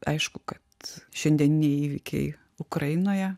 aišku kad šiandieniniai įvykiai ukrainoje